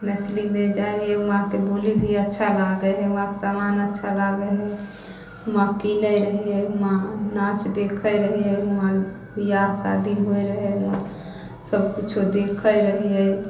मैथलीमे जाइ रहियै हुआँ तऽ बोलीभी अच्छा लागै है हुआँके समान अच्छा लागै है हुआँ कीनै रहियै हुआँ नाँच देखै रहियै हुआँ विवाह शादी होइ रहै हुआँ सबकिच्छो देखै रहियै